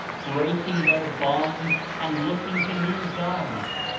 breaking their bonds and looking to new guides.